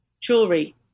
jewelry